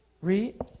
Read